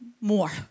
more